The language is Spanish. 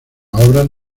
obras